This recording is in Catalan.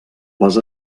les